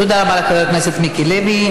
תודה רבה לחבר הכנסת מיקי לוי.